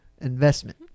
investment